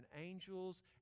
angels